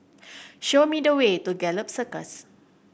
show me the way to Gallop Circus